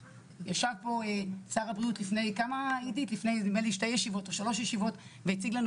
ישב פה שר הבריאות לפני שתיים או שלוש ישיבות והציג לנו